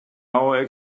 our